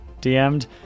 DM'd